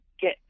get